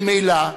ממילא,